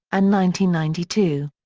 and ninety ninety two.